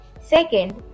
Second